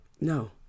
No